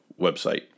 website